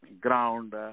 ground